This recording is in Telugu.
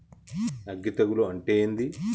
అగ్గి తెగులు అంటే ఏంది?